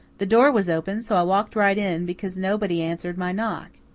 the door was open, so i walked right in, because nobody answered my knock.